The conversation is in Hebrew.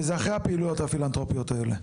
שזה אחרי הפעילויות הפילנתרופיות האלה.